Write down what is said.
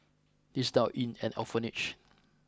he's now in an orphanage